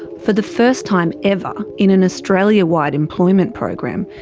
for the first time ever, in an australia wide employment program,